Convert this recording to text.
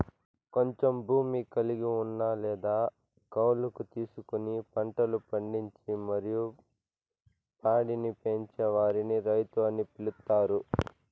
కొంచెం భూమి కలిగి ఉన్న లేదా కౌలుకు తీసుకొని పంటలు పండించి మరియు పాడిని పెంచే వారిని రైతు అని పిలుత్తారు